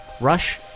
Rush